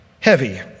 heavy